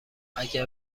اگه